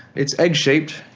it's egg-shaped,